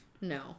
No